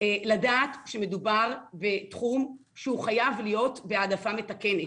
לדעת שמדובר בתחום שהוא חייב להיות בהעדפה מתקנת.